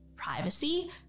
privacy